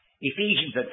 Ephesians